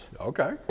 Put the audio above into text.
Okay